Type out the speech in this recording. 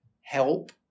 Help